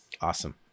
Awesome